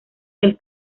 del